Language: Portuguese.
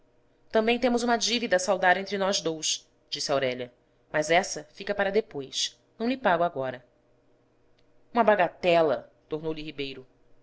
também temos uma dívida a saldar entre nós dous disse aurélia mas essa fica para depois não lhe pago agora uma bagatela tornou lhe ribeiro